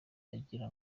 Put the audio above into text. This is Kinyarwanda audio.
agira